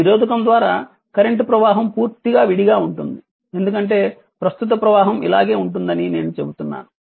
ఈ నిరోధకం ద్వారా కరెంట్ ప్రవాహం పూర్తిగా విడిగా ఉంటుంది ఎందుకంటే కరెంట్ ప్రవాహం ఇలాగే ఉంటుందని నేను చెబుతున్నాను